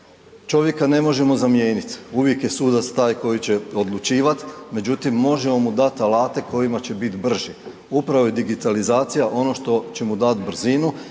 čovjeka ne možemo zamijenit, uvijek je sudac taj koji će odlučivat, međutim možemo mu dat alate kojima će bit brži, upravo je digitalizacija ono što će mu dat brzinu